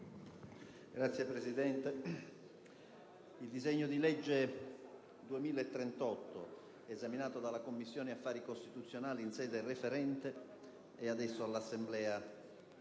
il disegno di legge n. 2038, esaminato dalla Commissione affari costituzionali in sede referente, è adesso all'esame